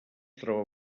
troba